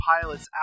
pilots